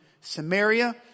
Samaria